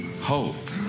hope